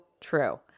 true